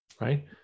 right